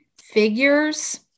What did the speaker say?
figures